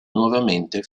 nuovamente